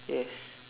yes